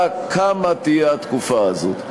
השאלה: כמה תהיה התקופה הזאת?